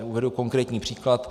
Uvedu konkrétní příklad.